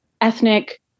ethnic